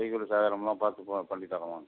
செய்கூலி சேதாரம் எல்லாம் பார்த்து போ பண்ணி தரோம் வாங்க